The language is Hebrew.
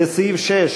לסעיף 6,